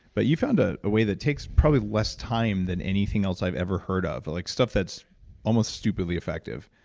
but you found a way that takes, probably, less time than anything else i've ever heard of, like stuff that's almost stupidly effective.